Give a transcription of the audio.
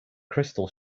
crystal